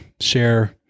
share